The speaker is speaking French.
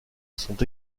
sont